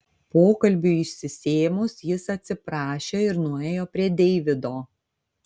pokalbiui išsisėmus jis atsiprašė ir nuėjo prie deivido